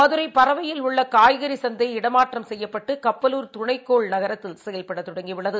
மதுரைபரவையில் உள்ளகாய்கறிசந்தை இடமாற்றம் செய்யப்பட்டு கப்பலூர் துணைக்கோள் நகரத்தில் செயல்படதொடங்கிஉள்ளது